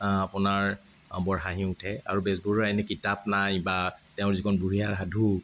আপোনাৰ বৰ হাঁহি উঠে আৰু বেজবৰুৱাই এনে কিতাপ নাই বা তেওঁৰ যিখন বুঢ়ী আইৰ সাধু